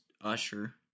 Usher